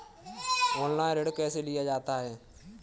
Online ऋण कैसे लिया जाता है?